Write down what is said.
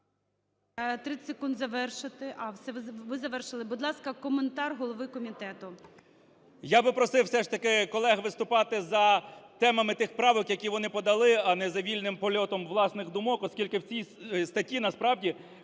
Я би просив все ж таки колег виступати за темами тих правок, які вони подали, а не за вільним польотом власних думок. Оскільки в цій статті, насправді,